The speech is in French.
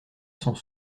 sont